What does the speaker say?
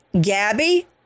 Gabby